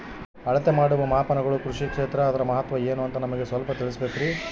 ಅಳತೆ ಮಾಡುವ ಮಾಪನಗಳು ಕೃಷಿ ಕ್ಷೇತ್ರ ಅದರ ಮಹತ್ವ ಏನು ಅಂತ ನಮಗೆ ಸ್ವಲ್ಪ ತಿಳಿಸಬೇಕ್ರಿ?